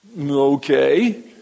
Okay